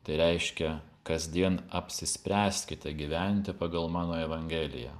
tai reiškia kasdien apsispręskite gyventi pagal mano evangeliją